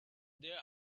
there